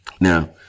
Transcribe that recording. Now